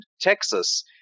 Texas